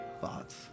thoughts